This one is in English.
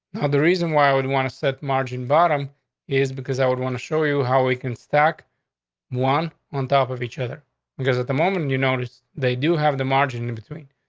the reason why i would want to set margin bottom is because i would want to show you how we can stack one on top of each other because at the moment and you noticed they do have the margin between.